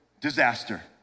disaster